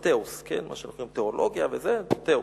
תיאוס,